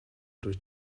durch